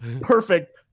perfect